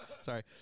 Sorry